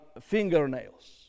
fingernails